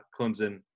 Clemson